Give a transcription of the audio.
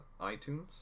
itunes